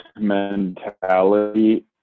mentality